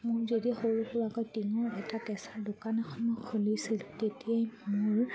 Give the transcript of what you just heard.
মোৰ যদি সৰু সুৰাকৈ টিঙৰ এটা কেঁচাৰ দোকানসমূহ খুলিছিলোঁ তেতিয়াই মোৰ